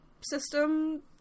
system